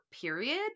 period